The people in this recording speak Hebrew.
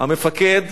המפקד,